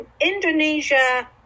Indonesia